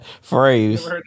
phrase